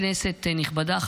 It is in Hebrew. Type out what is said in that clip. כנסת נכבדה,